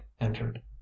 entered